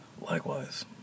likewise